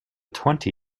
twenty